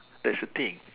that's the thing